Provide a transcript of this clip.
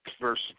verse